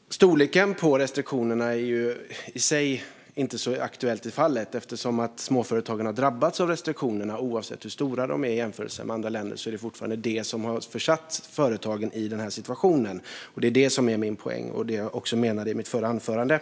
Herr ålderspresident! Det här med storleken på restriktionerna är ju i sig inte så aktuellt i det här fallet eftersom småföretagarna har drabbats av restriktionerna. Oavsett hur stora dessa varit i jämförelse med andra länder är det fortfarande de som har försatt företagen i den här situationen. Det är det som är min poäng, och det var också det jag menade i mitt förra anförande.